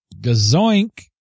gazoink